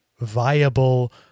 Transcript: viable